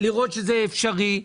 ולראות שזה אפשרי,